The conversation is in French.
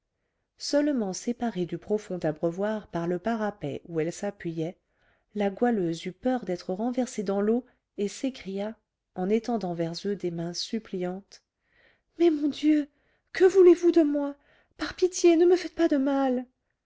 seulement séparée du profond abreuvoir par le parapet où elle s'appuyait la goualeuse eut peur d'être renversée dans l'eau et s'écria en étendant vers eux des mains suppliantes mais mon dieu que voulez-vous de moi par pitié ne me faites pas de mal